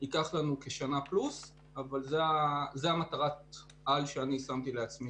דבר שעלה כמובן גם לכותרות לאחרונה אחרי